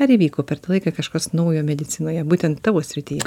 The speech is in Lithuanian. ar įvyko per tą laiką kažkas naujo medicinoje būtent tavo srityje